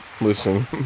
Listen